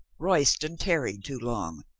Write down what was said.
royston tarried too long.